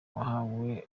yahawe